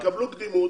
יקבלו קדימות